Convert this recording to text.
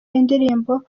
indirimbo